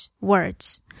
words